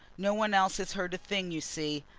no one else has heard a thing, you see.